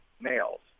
males